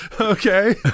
Okay